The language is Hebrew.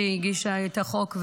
שהגישה את החוק,